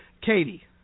Katie